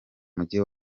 mujyi